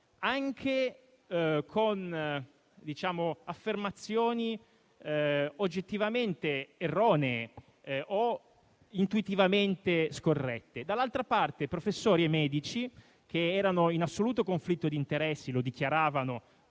anche con affermazioni oggettivamente erronee o intuitivamente scorrette. Dall'altra parte, professori e medici, che non erano assolutamente in conflitto di interessi, dichiaravano